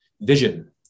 vision